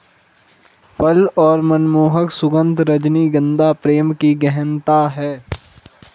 फल और मनमोहक सुगन्ध, रजनीगंधा प्रेम की गहनता है